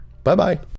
Bye-bye